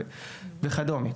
וכדומה.